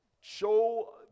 show